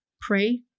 pray